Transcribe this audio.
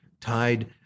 tied